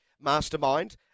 Mastermind